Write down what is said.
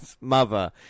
mother